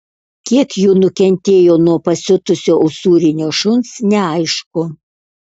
kiek jų nukentėjo nuo pasiutusio usūrinio šuns neaišku